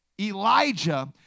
Elijah